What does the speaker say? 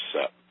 set